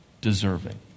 deserving